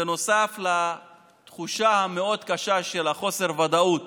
נוסף לתחושה הקשה מאוד של חוסר הוודאות